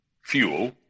fuel